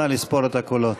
נא לספור את הקולות.